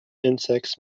insects